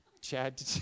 Chad